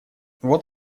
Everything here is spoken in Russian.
вот